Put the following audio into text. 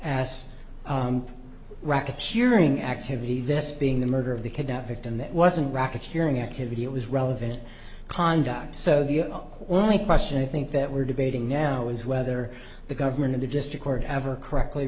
as racketeering activity this being the murder of the kidnap victim that wasn't racketeering activity it was relevant conduct so the only question i think that we're debating now is whether the government of the district court ever correctly